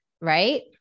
Right